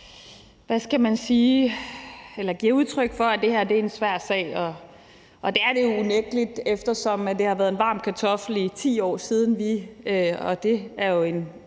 Yes. Ministeren giver udtryk for, at det her er en svær sag. Og det er det unægtelig, eftersom det har været en varm kartoffel i 10 år, siden vi – og det er jo en